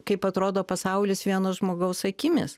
kaip atrodo pasaulis vieno žmogaus akimis